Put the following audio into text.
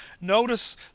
Notice